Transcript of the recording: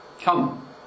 come